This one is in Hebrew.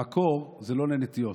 במקור זה לא לנטיעות,